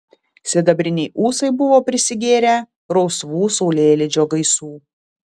sidabriniai ūsai buvo prisigėrę rausvų saulėlydžio gaisų